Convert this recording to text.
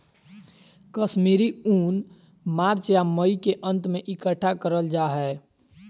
कश्मीरी ऊन मार्च या मई के अंत में इकट्ठा करल जा हय